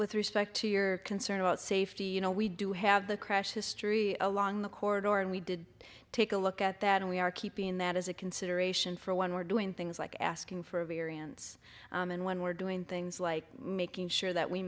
with respect to your concern about safety you know we do have the crash history along the corridor and we did take a look at that and we are keeping that as a consideration for one or doing things like asking for a variance and when we're doing things like making sure that we